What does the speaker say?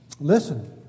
Listen